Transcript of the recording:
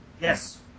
Yes